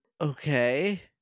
Okay